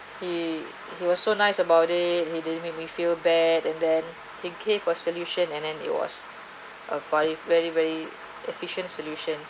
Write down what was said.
he he was so nice about it he didn't make me feel bad and then he care for solution and then it was a five very very efficient solution